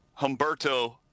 Humberto